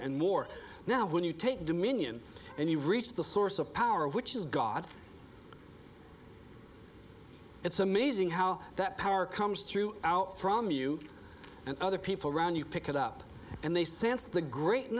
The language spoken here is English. and more now when you take dominion and you reach the source of power which is god it's amazing how that power comes through from you and other people around you pick it up and they sense the great